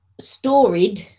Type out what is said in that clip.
storied